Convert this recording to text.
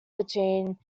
between